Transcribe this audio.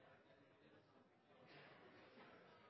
jeg